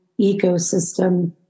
ecosystem